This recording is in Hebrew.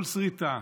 כל שריטה,